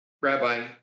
Rabbi